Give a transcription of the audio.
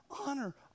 honor